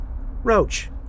Roach